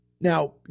Now